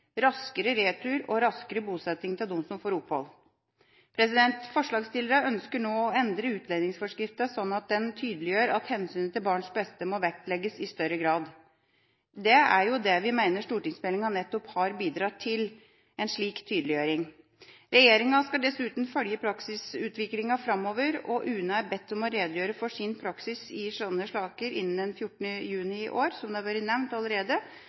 raskere retur og raskere bosetting av dem som får opphold. Forslagsstillerne ønsker nå å endre utlendingsforskriften slik at den tydeliggjør at hensynet til barnets beste må vektlegges i større grad. Vi mener stortingsmeldinga nettopp har bidratt til en slik tydeliggjøring. Regjeringa skal dessuten følge praksisutviklinga framover, og UNE er bedt om å redegjøre for sin praksis i slike saker innen 14. juni i år, som har vært nevnt allerede.